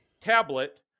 tablet